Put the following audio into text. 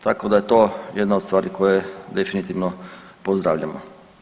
Tako da je to jedna od stvari koje definitivno pozdravljamo.